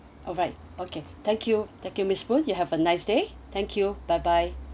alright okay thank you thank you miss koon you have a nice day thank you bye bye